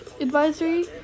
advisory